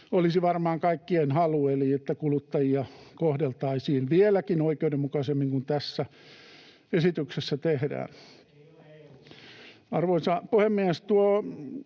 olisi varmaan kaikkien halu eli se, että kuluttajia kohdeltaisiin vieläkin oikeudenmukaisemmin kuin tässä esityksessä tehdään. [Eduskunnasta: